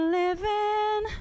living